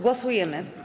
Głosujemy.